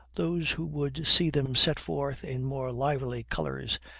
those who would see them set forth in more lively colors,